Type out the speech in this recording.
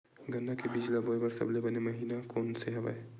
गन्ना के बीज ल बोय बर सबले बने महिना कोन से हवय?